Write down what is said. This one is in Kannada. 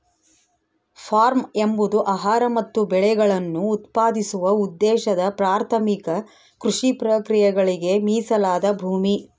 ಫಾರ್ಮ್ ಎಂಬುದು ಆಹಾರ ಮತ್ತು ಬೆಳೆಗಳನ್ನು ಉತ್ಪಾದಿಸುವ ಉದ್ದೇಶದ ಪ್ರಾಥಮಿಕ ಕೃಷಿ ಪ್ರಕ್ರಿಯೆಗಳಿಗೆ ಮೀಸಲಾದ ಭೂಮಿ